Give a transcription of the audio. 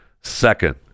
second